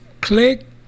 click